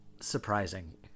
surprising